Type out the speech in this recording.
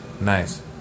Nice